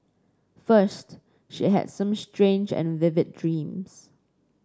first she had some strange and vivid dreams